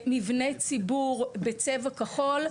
מבנה ציבור בצבע כחול,